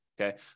okay